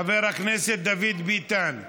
חבר הכנסת דוד ביטן,